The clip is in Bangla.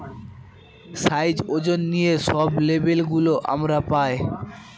সাইজ, ওজন নিয়ে সব লেবেল গুলো আমরা পায়